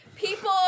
People